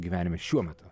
gyvenime šiuo metu